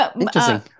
Interesting